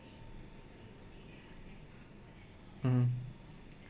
mmhmm